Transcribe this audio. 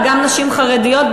אבל גם נשים חרדיות,